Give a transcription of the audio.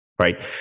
right